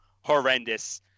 horrendous